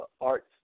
arts